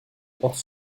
porte